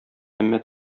әмма